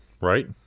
right